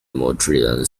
montreal